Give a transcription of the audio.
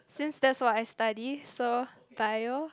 since that's what I study so bio